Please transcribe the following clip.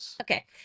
okay